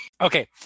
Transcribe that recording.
Okay